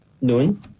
noon